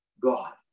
god